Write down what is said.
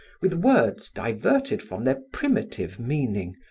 with words diverted from their primitive meaning,